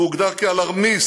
הוא הוגדר כ"אלרמיסט",